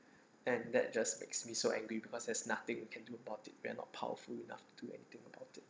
and that just makes me so angry because there's nothing you can do about it we're not powerful enough to do anything about it